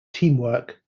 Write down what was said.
teamwork